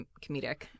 comedic